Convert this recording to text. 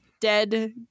dead